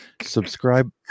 subscribe